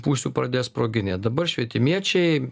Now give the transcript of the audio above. pusių pradės sproginėt dabar švietimiečiai